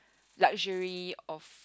luxury of